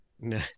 no